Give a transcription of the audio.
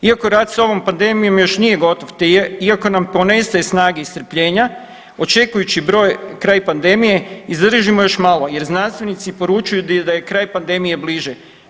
Iako rat s ovom pandemijom još nije gotov te iako nam ponestaje snage i strpljenja očekujući broj kraj pandemije izdržimo još malo jer znanstvenici poručuju da je kraj pandemije bliže.